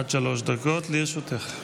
עד שלוש דקות לרשותך.